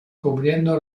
cubriendo